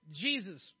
jesus